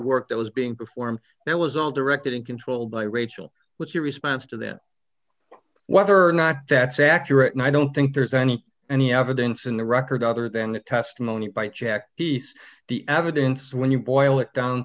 work that was being performed that was all directed and controlled by rachel what's your response to that whether or not that's accurate and i don't think there's any any evidence in the record other than the testimony by jack he says the evidence when you boil it down